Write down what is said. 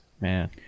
man